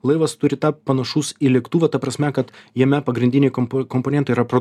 laivas turi tapi panašus į lėktuvą ta prasme kad jame pagrindiniai kompo komponentų yra prod